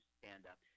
stand-up